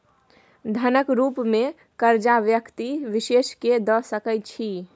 धनक रुप मे करजा व्यक्ति विशेष केँ द सकै छी